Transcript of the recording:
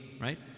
right